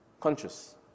conscious